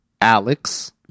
Alex